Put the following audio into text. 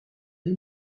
des